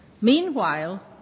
Meanwhile